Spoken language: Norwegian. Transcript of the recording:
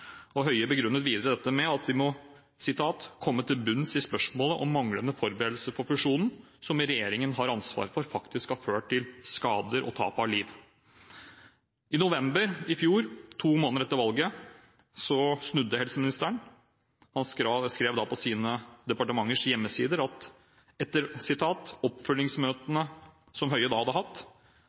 Høie begrunnet dette videre med at: «Vi må komme til bunns i spørsmål om manglende forberedelse for fusjonen, som regjeringen har ansvar for, faktisk har ført til skader og tap av liv.» I november i fjor, to måneder etter valget, snudde helseministeren. Han skrev da på departementets hjemmesider: «Etter oppfølgingsmøtene» – som Høie da hadde hatt